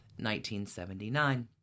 1979